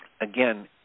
Again